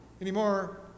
Anymore